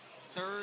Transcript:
Third